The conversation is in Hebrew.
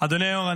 אדוני היו"ר,